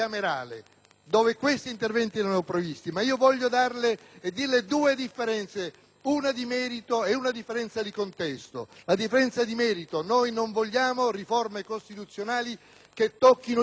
una di merito e una di contesto. La differenza di merito: noi non vogliamo riforme costituzionali che tocchino i princìpi della magistratura, dell'indipendenza del giudice.